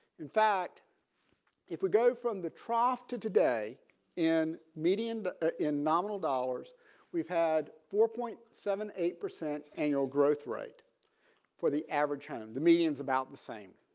in fact if we go from the trough to today in median ah in nominal dollars we've had four point seven eight percent annual growth rate for the average home. the median is about the same.